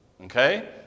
Okay